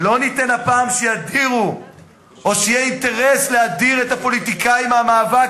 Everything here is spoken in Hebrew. לא ניתן הפעם שידירו או שיהיה אינטרס להדיר את הפוליטיקאים מהמאבק,